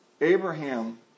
Abraham